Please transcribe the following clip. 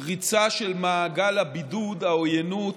פריצה של מעגל הבידוד, העוינות,